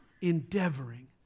endeavoring